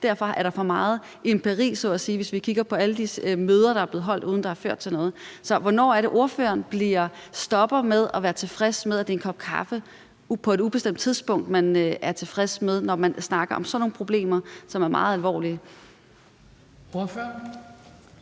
Det er der for meget empiri om så at sige, hvis vi kigger på alle de møder, der er blevet holdt, uden at det har ført til noget. Så hvornår er det, at ordføreren stopper med at være tilfreds med, at det er en kop kaffe på et ubestemt tidspunkt, når man snakker om sådan nogle problemer, som er meget alvorlige? Kl.